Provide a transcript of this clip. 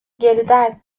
گلودرد